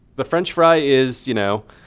the french fry is you know,